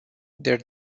their